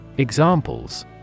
Examples